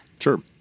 Sure